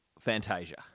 Fantasia